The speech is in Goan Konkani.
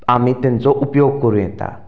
आमी तांचो उपयोग करूं येता